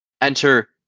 Enter